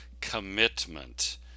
commitment